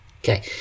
Okay